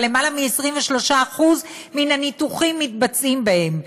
אבל יותר מ-23% מן הניתוחים מתבצעים בהם.